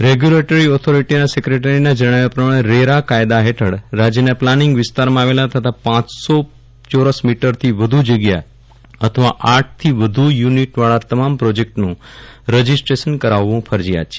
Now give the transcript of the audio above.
regulatory ઓથોરીટીના સેક્રેટરીના જણાવ્યા પ્રમાણે રેરા કાયદા હેઠળ રાજ્યના પ્લાનીંગ વિસ્તારમાં આવેલા તથા પાંચ સો ચોરસ મીટરથી વ્ધુ જગ્યા અથવા આઠ થી વ્યુ યુનિટવાળા તમામ પ્રોજેક્ટનું રજિસ્ટ્રેશન કરાવવું ફરજિયાત છે